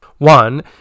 One